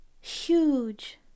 Huge